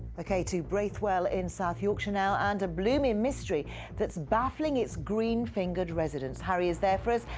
okay, to braithwell in south yorkshire now and a blooming mystery that's baffling its green-fingered residents. harry is there for us.